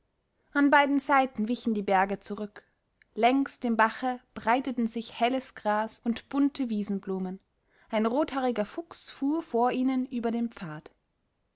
an beiden seiten wichen die berge zurück längs dem bache breiteten sich helles gras und bunte wiesenblumen ein rothaariger fuchs fuhr vor ihnen über den pfad